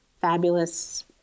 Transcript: fabulous